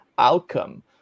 outcome